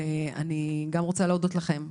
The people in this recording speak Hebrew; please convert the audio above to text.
ואני גם רוצה להודות לכם,